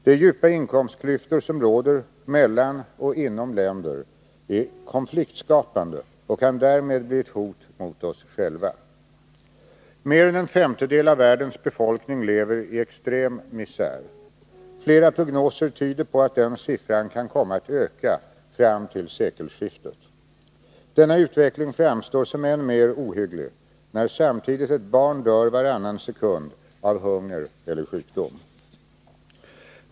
De djupa inkomstklyftor som råder mellan och inom länder är konfliktskapande och kan därmed bli ett hot mot oss själva. Mer än en femtedel av världens befolkning lever i extrem misär. Flera prognoser tyder på att den siffran kan komma att öka fram till sekelskiftet. Denna utveckling framstår som än mer ohygglig när samtidigt ett barn dör varannan sekund av hunger eller sjukdom.